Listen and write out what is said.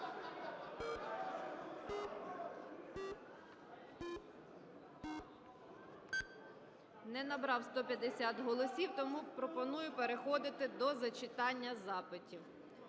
Не набрав 150 голосів, тому пропоную переходити до зачитання запитів.